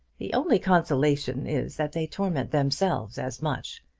the only consolation is that they torment themselves as much.